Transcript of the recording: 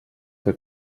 que